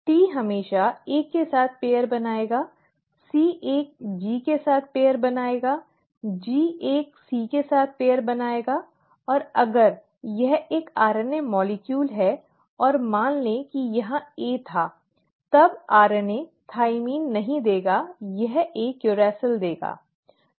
T हमेशा A के साथ जोड़ा बनाएगा C एक G के साथ जोड़ा बनाएगा G एक C के साथ जोड़ा बनाएगा और अगर यह एक RNA अणु है और मान ले कि यहाँ A था अब RNA थाइमिन नहीं देगा यह एक यूरेसिल देगा